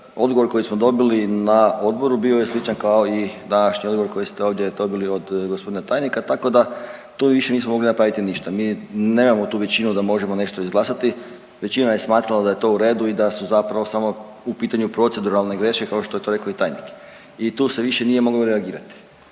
Odgovor koji smo dobili na odboru bio je sličan kao i današnji odgovor koji ste ovdje dobili od g. tajnika, tako da tu više nismo mogli napraviti ništa. Mi nemamo tu većinu da možemo nešto izglasati, većina je smatrala da je to u redu i da su zapravo samo u pitanju proceduralne greške kao što je to rekao i tajnik i tu se više nije moglo reagirati